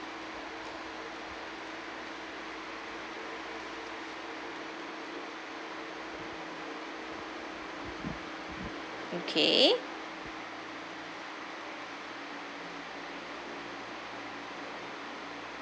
okay